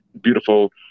beautiful